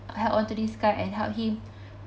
held on to this guy and helped him